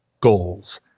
goals